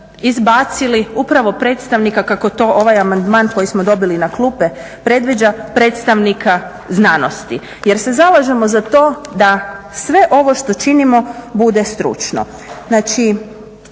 izbacili upravo predstavnika kako to ovaj amandman koji smo dobili na klupe predviđa predstavnika znanosti jer se zalažemo za to da sve ovo što činimo bude stručno. Znači